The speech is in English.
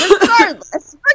regardless